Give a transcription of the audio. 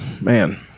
man